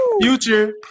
future